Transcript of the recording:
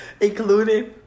Including